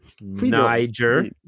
Niger